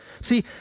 See